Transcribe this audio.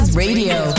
radio